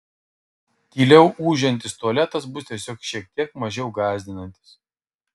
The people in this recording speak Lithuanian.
tyliau ūžiantis tualetas bus tiesiog šiek tiek mažiau gąsdinantis